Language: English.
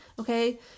okay